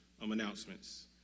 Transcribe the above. announcements